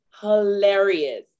hilarious